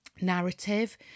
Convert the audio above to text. Narrative